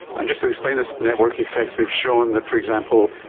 and just to explain this network effect, they've shown that, for example,